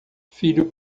filho